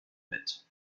mit